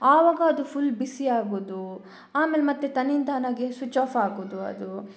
ಆವಾಗ ಅದು ಫುಲ್ ಬಿಸಿ ಆಗುವುದು ಆಮೇಲೆ ಮತ್ತೆ ತನ್ನಿಂತಾನಾಗೆ ಸ್ವಿಚ್ ಆಫ್ ಆಗುವುದು ಅದು